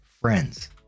friends